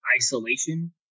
isolation